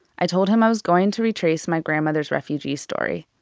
i told him i was going to retrace my grandmother's refugee story.